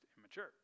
immature